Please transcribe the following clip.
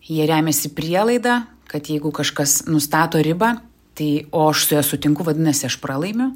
jie remiasi prielaida kad jeigu kažkas nustato ribą tai o aš su ja sutinku vadinasi aš pralaimiu